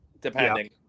depending